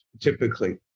typically